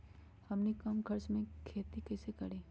हमनी कम खर्च मे खेती कई से करी?